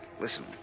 Listen